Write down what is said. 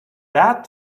that